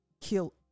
Kill